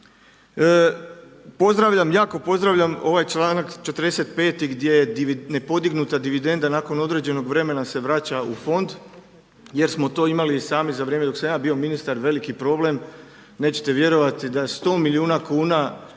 Pozdravljam, jako pozdravljam ovaj čl. 45. gdje je nepodignuta dividenda nakon određenog vremena se vraća u Fond jer smo to imali i sami za vrijeme dok sam ja bio ministar veliki problem. Nećete vjerovati da 100 milijuna kuna